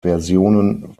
versionen